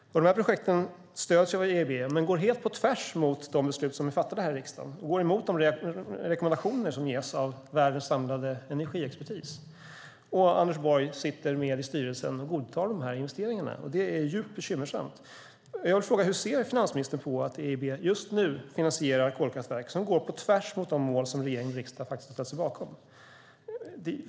Dessa projekt stöds av EIB, men de går helt på tvärs mot de beslut som är fattade i riksdagen och går emot de rekommendationer som ges av världens samlade energiexpertis. Och Anders Borg sitter med i styrelsen och godtar investeringarna. Det är djupt bekymmersamt. Hur ser finansministern på att EIB just nu finansierar kolkraftverk som går på tvärs mot de mål som regering och riksdag har ställt sig bakom?